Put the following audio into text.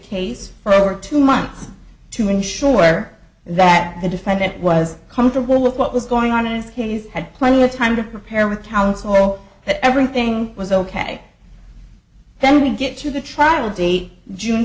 case for over two months to ensure that the defendant was comfortable with what was going on in this case had plenty of time to prepare with counsel that everything was ok then we get to the trial date june